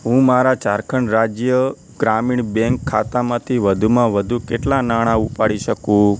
હું મારા ઝારખંડ રાજ્ય ગ્રામીણ બેંક ખાતામાંથી વધુમાં વધુ કેટલાં નાણા ઉપાડી શકું